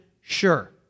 sure